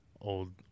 old